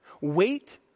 Wait